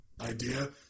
idea